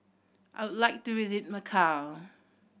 I would like to visit Macau